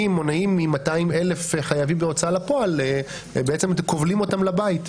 מונעים מ-200,000 חייבים בהוצאה לפועל וכובלים אותם לבית.